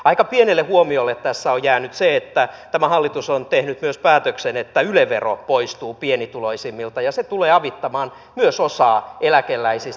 aika pienelle huomiolle tässä on jäänyt se että tämä hallitus on tehnyt myös päätöksen että yle vero poistuu pienituloisimmilta ja se tulee avittamaan myös osaa eläkeläisistä